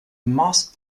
most